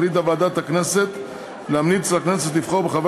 החליטה ועדת הכנסת להמליץ לכנסת לבחור בחבר